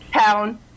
town